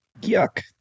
Yuck